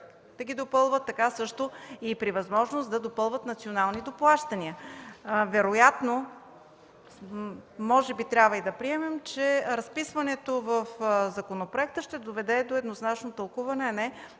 да ги допълват, така също и при възможност да допълват национални доплащания. Може би трябва да приемем, че разписването в законопроекта ще доведе до еднозначно тълкуване, а